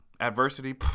adversity